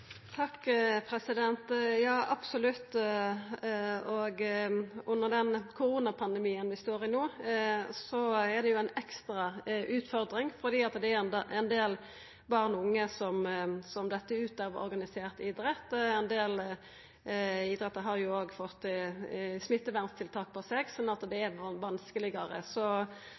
Ja, absolutt. Under den koronapandemien vi står i no, er det ei ekstra utfordring fordi det er ein del barn og unge som dett ut av organisert idrett. Ein del idrettar har òg fått smitteverntiltak, sånn at det er vanskelegare. Eg er veldig opptatt av akkurat dette, deltakinga til barn og unge, og særleg no under pandemien. Det